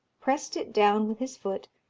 pressed it down with his foot,